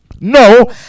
No